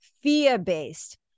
fear-based